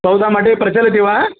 सोदामठे प्रचलति वा